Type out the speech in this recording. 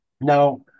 Now